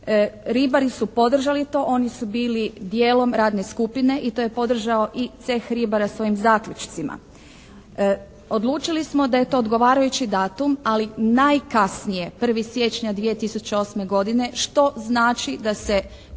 Ribari su podržali to, oni su bili dijelom radne skupine i to je podržao i Ceh ribara svojim zaključcima. Odlučili smo da je to odgovarajući datum, ali najkasnije 1. siječnja 2008. godine što znači da se